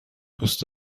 دوست